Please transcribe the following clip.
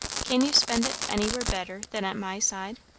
can you spend it anywhere better than at my side?